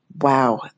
wow